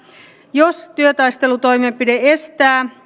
jos työtaistelutoimenpide estää